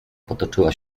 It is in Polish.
potoczyła